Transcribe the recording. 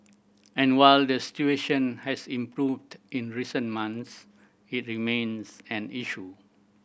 and while the situation has improved in recent months it remains an issue